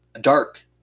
dark